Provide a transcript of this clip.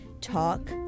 talk